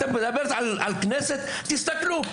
תסתכלו מסביבכם.